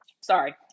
Sorry